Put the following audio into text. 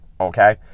Okay